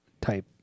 type